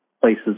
places